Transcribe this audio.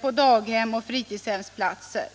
på daghems och fritidshemsplatser.